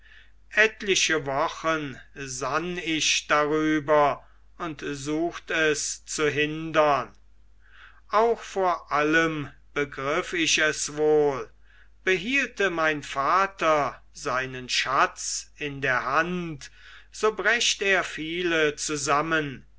etliche wochen sann ich darüber und sucht es zu hindern auch vor allem begriff ich es wohl behielte mein vater seinen schatz in der hand so brächt er viele zusammen